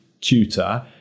tutor